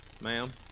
Ma'am